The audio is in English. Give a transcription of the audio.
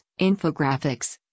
infographics